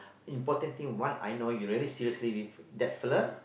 important thing one I know you really seriously with that feeler